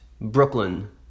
Brooklyn